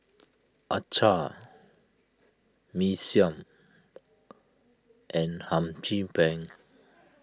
Acar Mee Siam and Hum Chim Peng